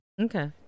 Okay